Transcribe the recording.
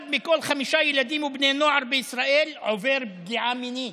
אחד מכל חמישה ילדים ובני נוער בישראל עובר פגיעה מינית.